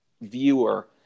viewer